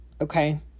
okay